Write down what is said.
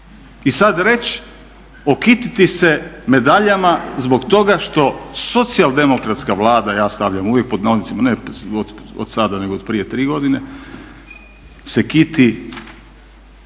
i sad reći, okititi se medaljama zbog toga što socijaldemokratska Vlada, ja stavljam uvijek pod … ne od sada nego od prije 3 godine, se kiti